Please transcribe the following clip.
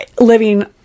living